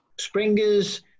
Springers